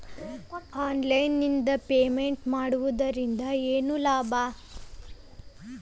Online ನಿಂದ payment ಮಾಡುವುದರಿಂದ ಏನು ಲಾಭ?